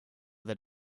that